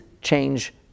change